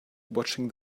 watching